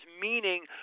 meaning